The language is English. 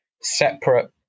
separate